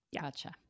Gotcha